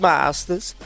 Masters